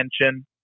attention